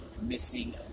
missing